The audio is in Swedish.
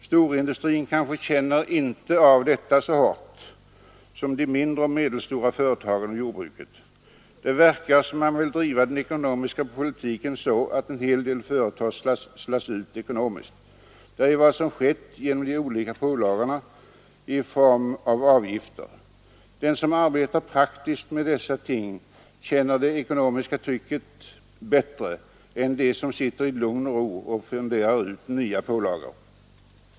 Storindustrin kanske inte känner av detta så hårt som de mindre och medelstora företagen och jordbruket. Det verkar som om man vill driva den ekonomiska politiken så att en hel del företag slås ut ekonomiskt. Det är ju vad som skett genom de olika pålagorna i form av avgifter. De som arbetar praktiskt med dessa ting känner det ekonomiska trycket mer än de som sitter i lugn och ro och funderar ut nya pålagor.